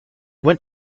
went